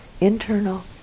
internal